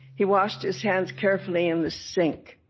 he washed his hands carefully in the sink.